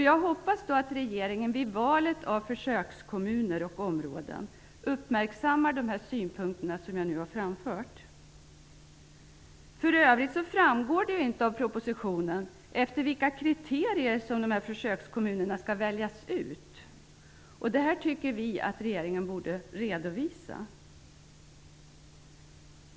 Jag hoppas att regeringen vid valet av försökskommuner och - områden uppmärksammar de synpunkter som jag här framfört. För övrigt framgår det inte av propositionen efter vilka kriterier som försökskommunerna skall väljas ut. Vi tycker att regeringen borde redovisa detta.